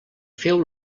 feu